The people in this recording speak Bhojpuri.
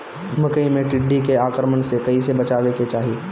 मकई मे टिड्डी के आक्रमण से कइसे बचावे के चाही?